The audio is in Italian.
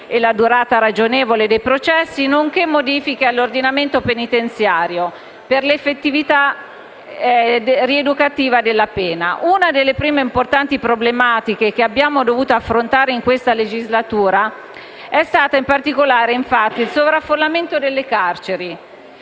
e la durata ragionevole dei processi, nonché modifiche all'ordinamento penitenziario per l'effettività rieducativa della pena. Una delle prime importanti problematiche che abbiamo dovuto affrontare in questa legislatura è stata infatti, in particolare, quella del sovraffollamento delle carceri,